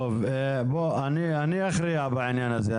אני אכריע בעניין הזה.